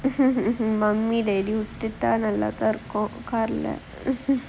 mummy daddy உட்டுட்டா நல்லாத்தான் இருக்கு:uttutaa nallaa thaan irukkum car leh